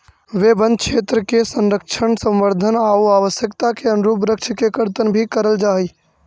वे वनक्षेत्र के संरक्षण, संवर्धन आउ आवश्यकता के अनुरूप वृक्ष के कर्तन भी करल जा हइ